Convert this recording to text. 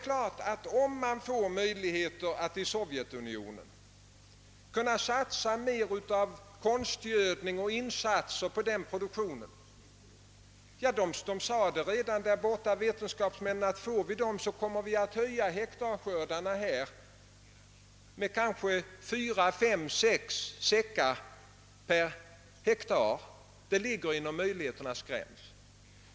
Vetenskapsmännen säger att om Sovjetunionen skulle satsa mera på konstgödning och vidta andra åtgärder för denna produktion skulle skördarna i Sovjetunionen kunna ökas med 4—5— 6 säckar per hektar. Detta ligger alltså inom möjligheternas gräns.